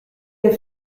der